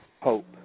hope